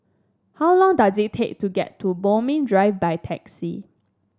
how long does it take to get to Bodmin Drive by taxi